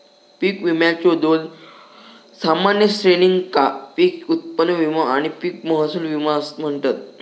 पीक विम्याच्यो दोन सामान्य श्रेणींका पीक उत्पन्न विमो आणि पीक महसूल विमो म्हणतत